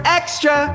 extra